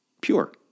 pure